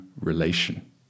relation